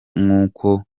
nk’uko